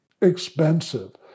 expensive